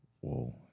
Whoa